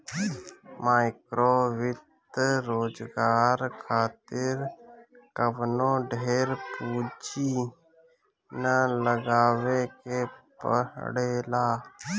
माइक्रोवित्त रोजगार खातिर कवनो ढेर पूंजी ना लगावे के पड़ेला